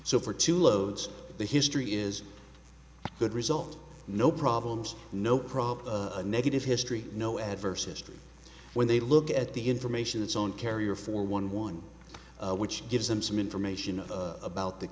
so for two loads the history is good result no problems no prob a negative history no adverse history when they look at the information its own carrier for one one which gives them some information about the